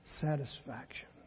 satisfaction